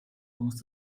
muss